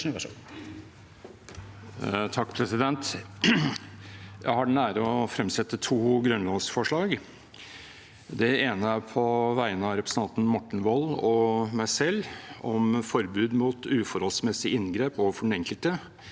(H) Jeg har den ære å fremsette to grunnlovsforslag. Det ene er på vegne av representanten Morten Wold og meg selv om forbud mot uforholdsmessig inngrep overfor den enkelte